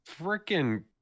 freaking